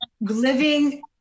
Living